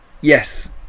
Yes